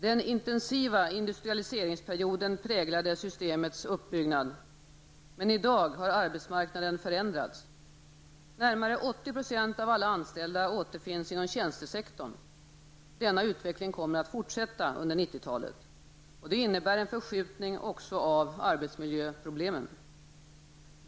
Den intensiva industrialiseringsperioden präglade systemets uppbyggnad. Men i dag har arbetsmarknaden förändrats. Närmare 80 % av alla anställda återfinns inom tjänstesektorn. Denna utveckling kommer att fortsätta under 90-talet. Det innebär en förskjutning också av arbetsmiljöproblemen.